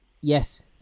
Yes